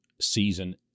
season